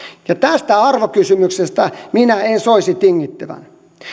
ja tästä arvokysymyksestä minä en soisi tingittävän